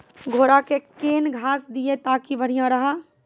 घोड़ा का केन घास दिए ताकि बढ़िया रहा?